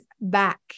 back